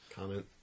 Comment